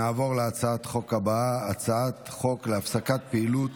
נעבור להצעת חוק הבאה, הצעת חוק להפסקת פעילות